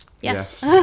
yes